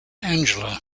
angela